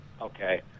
Okay